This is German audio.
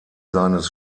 seines